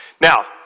Now